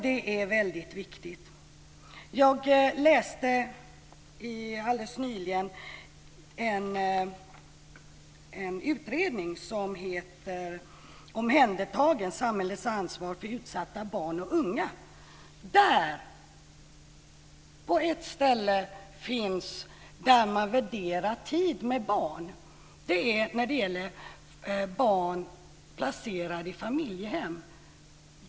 Det är väldigt viktigt Jag läste alldeles nyligen en utredning som heter Omhändertagen, samhällets ansvar för utsatta barn och unga. Där finns på ett ställe nämnt att man värderar tid med barn. Det gäller barn placerade i familjehem.